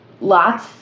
lots